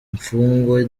imfungwa